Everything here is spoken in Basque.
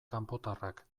kanpotarrak